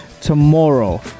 tomorrow